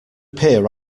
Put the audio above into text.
appear